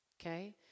Okay